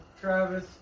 Travis